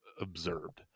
observed